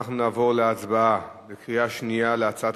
אנחנו נעבור להצבעה בקריאה שנייה על הצעת